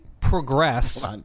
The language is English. progress